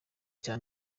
cya